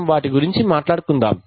మనం వాటి గురించి మాట్లాడుకుందాం